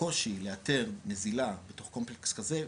הקושי לאתר נזילה בתוך קומפלקס כזה,